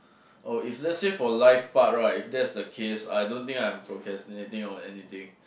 oh if let's say for life part right if that's the case I don't think I'm procrastinating or anything